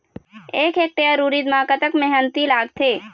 एक हेक्टेयर उरीद म कतक मेहनती लागथे?